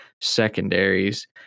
secondaries